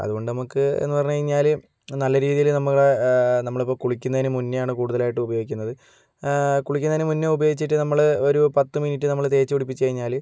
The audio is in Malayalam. അതുകൊണ്ട് നമുക്ക് എന്ന് പറഞ്ഞു കഴിഞ്ഞാൽ നല്ല രീതിയിൽ നമ്മൾ നമ്മളിപ്പോൾ കുളിക്കുന്നതിനു മുൻപേ ആണ് കൂടുതലായിട്ട് ഉപയോഗിക്കുന്നത് കുളിക്കുന്നതിനു മുൻപേ ഉപയോഗിച്ചിട്ട് നമ്മൾ ഒരു പത്ത് മിനിറ്റ് നമ്മൾ തേച്ചു പിടിപ്പിച്ച് കഴിഞ്ഞാൽ